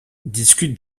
discutent